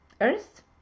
Earth